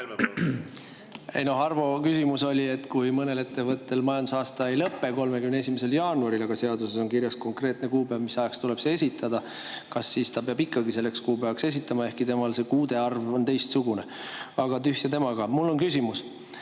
Arvo küsimus oli see, et kui mõnel ettevõttel majandusaasta ei lõppe 31. jaanuaril, aga seaduses on kirjas konkreetne kuupäev, mis ajaks tuleb [deklaratsioon] esitada, kas siis ta peab ikkagi selleks kuupäevaks esitama, ehkki temal see [tähtaeg] kuude poolest on teistsugune. Aga tühja temaga! Mul on küsimus.